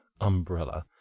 umbrella